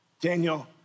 Daniel